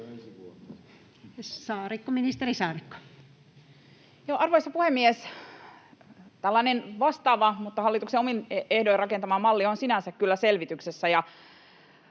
Arvoisa puhemies! Tällainen vastaava mutta hallituksen omin ehdoin rakentama malli on sinänsä kyllä selvityksessä,